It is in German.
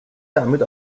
damit